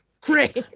Great